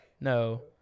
no